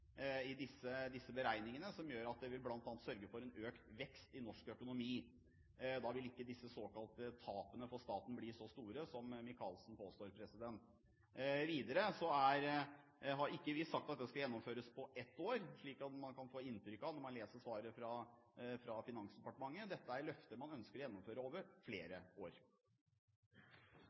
i disse forslagene som bl.a. vil sørge for en økt vekst i norsk økonomi. Da vil ikke disse såkalte tapene for staten bli så store som Micaelsen påstår. Videre har ikke vi sagt at det skal gjennomføres på ett år, slik man kan få inntrykk av når man leser svaret fra Finansdepartementet. Dette er løfter man ønsker å gjennomføre over flere år.